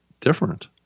different